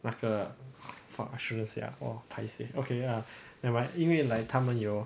那个法师 sia or paiseh okay ah nevermind 因为 ya 他们有